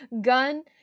gun